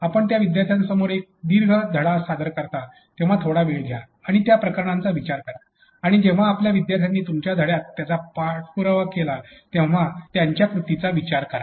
आपण आपल्या विद्यार्थ्यांसमोर एक दीर्घ धडा सादर करता तेव्हा थोडा वेळ घ्या आणि त्या प्रकरणांचा विचार करा आणि जेव्हा आपल्या विद्यार्थ्यांनी तुमच्या धड्यात याचा पाठपुरावा केला तेव्हा त्यांच्या कृतींचा विचार करा